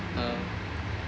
uh